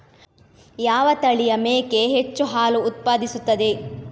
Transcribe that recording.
ಯಾವ ತಳಿಯ ಮೇಕೆ ಹೆಚ್ಚು ಹಾಲು ಉತ್ಪಾದಿಸುತ್ತದೆ?